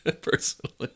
personally